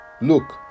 Look